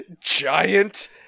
giant